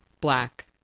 black